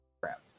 Crap